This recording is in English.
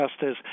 Justice